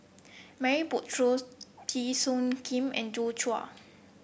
Murray Buttrose Teo Soon Kim and Joi Chua